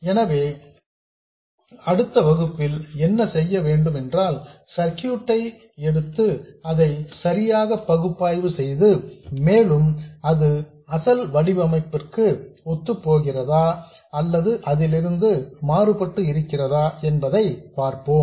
எனவே அடுத்த வகுப்பில் என்ன செய்ய வேண்டும் என்றால் சர்க்யூட் ஐ எடுத்து அதை சரியாக பகுப்பாய்வு செய்து மேலும் அது அசல் வடிவமைப்பிற்கு ஒத்துப் போகிறதா அல்லது அதிலிருந்து மாறுபட்டு இருக்கிறதா என்பதை பார்ப்போம்